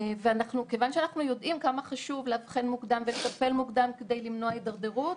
וכיוון שאנחנו יודעים כמה חשוב לאבחן ולטפל מוקדם כדי למנוע הידרדרות,